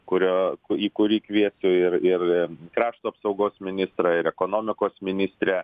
kurio į kurį kviesiu ir ir krašto apsaugos ministrą ir ekonomikos ministrę